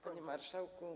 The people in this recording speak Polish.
Panie Marszałku!